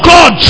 God